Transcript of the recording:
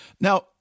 Now